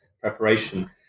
preparation